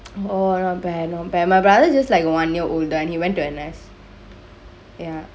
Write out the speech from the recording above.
orh not bad not bad my brother just like one year older and he went to N_S ya